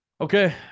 Okay